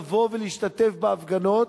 לבוא ולהשתתף בהפגנות,